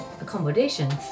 accommodations